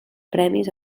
premis